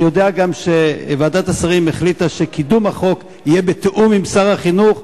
אני יודע גם שוועדת השרים החליטה שקידום החוק יהיה בתיאום עם שר החינוך,